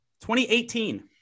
2018